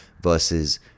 versus